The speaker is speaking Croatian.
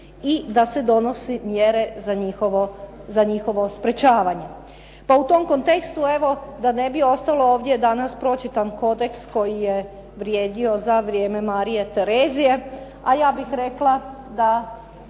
i da se donose mjere za njihovo sprečavanje. Pa u tom kontekstu evo, da ne bi ostalo ovdje je danas pročitan kodeks koji je vrijedio za vrijeme Marije Terezije, a ja bih rekla da